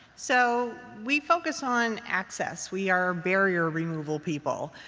so we focus on access. we are barrier removal people.